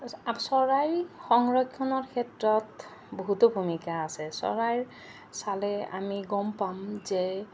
চৰাইৰ সংৰক্ষণৰ ক্ষেত্ৰত বহুতো ভূমিকা আছে চৰাইৰ চালে আমি গম পাম যে